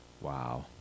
Wow